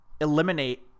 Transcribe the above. eliminate